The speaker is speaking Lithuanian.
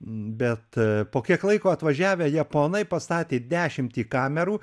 bet po kiek laiko atvažiavę japonai pastatė dešimtį kamerų